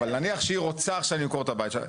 אבל נניח שהיא רוצה למכור עכשיו את הבית שלה.